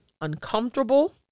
uncomfortable